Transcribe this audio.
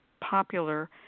popular